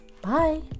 Bye